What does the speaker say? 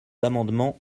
amendements